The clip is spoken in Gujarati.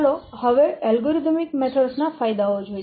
ચાલો હવે એલ્ગોરિધમ પદ્ધતિઓ નાં ફાયદાઓ જોઈએ